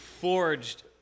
forged